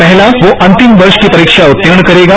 पहला वो वह अंतिम वर्ष की परीक्षा उत्तीर्ण करेगा